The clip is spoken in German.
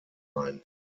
ein